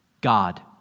God